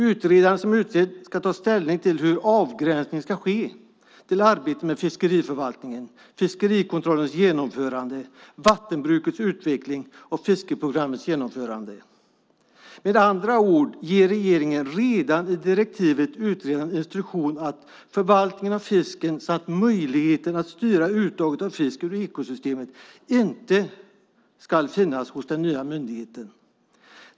Utredaren ska ta ställning till hur avgränsningen ska ske i fråga om arbetet med fiskeriförvaltningen, fiskerikontrollens genomförande, vattenbrukets utveckling och fiskeprogrammets genomförande. Med andra ord ger regeringen redan i direktivet utredaren instruktion att förvaltningen av fisken samt möjligheten att styra uttaget av fisk ur ekosystemet inte ska finnas hos den nya myndigheten.